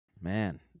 Man